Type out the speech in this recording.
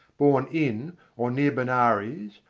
born in or near benares,